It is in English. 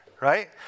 right